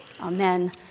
Amen